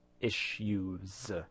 issues